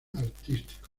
artístico